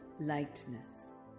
lightness